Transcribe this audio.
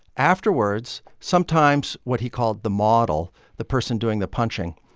afterwards, sometimes what he called the model, the person doing the punching,